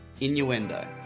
Innuendo